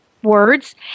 Words